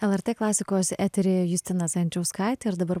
lrt klasikos eteryje justina zajančauskaitė ir dabar